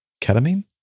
ketamine